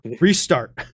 Restart